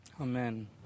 Amen